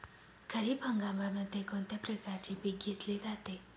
खरीप हंगामामध्ये कोणत्या प्रकारचे पीक घेतले जाते?